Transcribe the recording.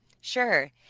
Sure